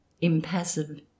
impassive